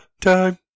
time